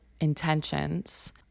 intentions